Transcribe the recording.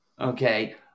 okay